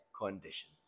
condition